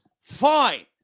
fine